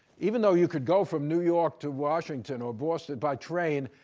even though you could go from new york to washington or boston by train,